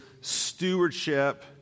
Stewardship